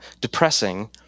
depressing